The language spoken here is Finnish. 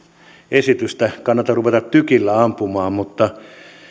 esitystä kannata ruveta tykillä ampumaan mutta